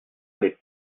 les